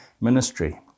ministry